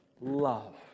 love